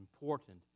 important